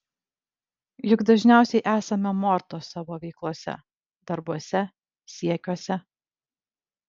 juk dažniausiai esame mortos savo veiklose darbuose siekiuose